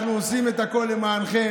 אנחנו עושים את הכול למענכם,